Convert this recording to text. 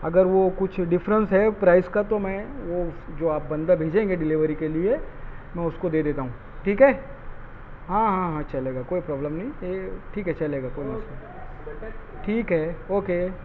اگر وہ کچھ ڈیفرنس ہے پرائس کا تو میں وہ جو آپ بندہ بھیجیں گے ڈلیور کے لیے میں اس کو دے دیتا ہوں ٹھیک ہے ہاں ہاں ہاں چلے گا کوئی پرابلم نہیں یہ ٹھیک ہے چلے گا کوئی مسئلہ نہیں ٹھیک ہے اوکے